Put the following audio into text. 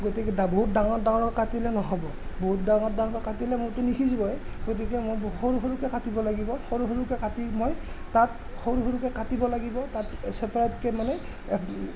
গতিকে বহুত ডাঙৰ ডাঙৰ কাটিলে নহ'ব বহুত ডাঙৰ ডাঙৰ কাটিলে মোৰতো নিসিজিবই গতিকে মই সৰু সৰুকৈ কাটিব লাগিব সৰু সৰুকৈ কাটি মই তাত সৰু সৰুকৈ কাটিব লাগিব তাত চেপাৰেটকে মানে